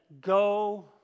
go